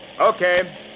Okay